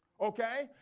Okay